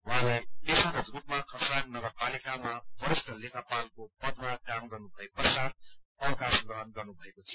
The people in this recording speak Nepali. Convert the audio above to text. उहाँले पेशागत रूपमा खरसाङ नगरपालिकामा वरिष्ठ लेखापालको पदमा काम गर्नु भए पश्चात अवकाश ग्रहण गर्नुभएको थियो